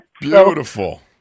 Beautiful